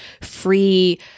free